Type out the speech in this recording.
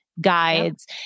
guides